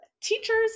teachers